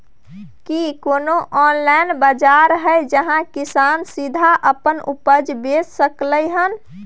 की कोनो ऑनलाइन बाजार हय जहां किसान सीधा अपन उपज बेच सकलय हन?